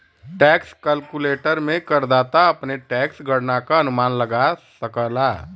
tax calculator में करदाता अपने टैक्स गणना क अनुमान लगा सकला